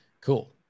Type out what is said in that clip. Cool